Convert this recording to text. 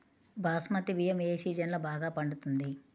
బాస్మతి బియ్యం ఏ సీజన్లో బాగా పండుతుంది?